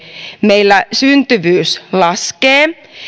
meillä syntyvyys laskee